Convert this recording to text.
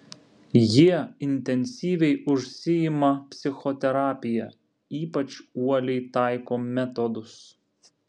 jie intensyviai užsiima psichoterapija ypač uoliai taiko metodus